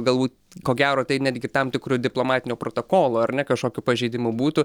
galbūt ko gero tai netgi tam tikru diplomatinio protokolo ar ne kažkokiu pažeidimu būtų